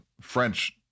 French